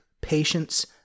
patience